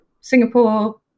Singapore